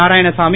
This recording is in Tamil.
நாராயணசாமி